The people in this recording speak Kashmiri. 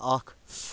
اکھ